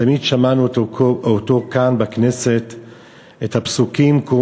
תמיד שמענו אותו כאן בכנסת בפסוקים: "קום